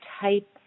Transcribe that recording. type